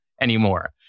anymore